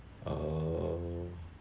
oh